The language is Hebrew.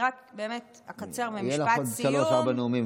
באמת, אני אקצר, רק משפט סיום.